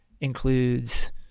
includes